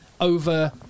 over